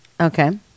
Okay